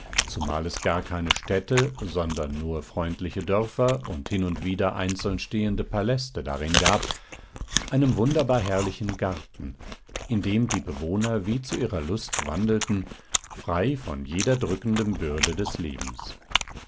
zumal da es gar keine städte sondern nur freundliche dörfer und hin und wieder einzeln stehende paläste darin gab einem wunderbar herrlichen garten in dem die bewohner wie zu ihrer lust wandelten frei von jeder drückenden bürde des lebens